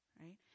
right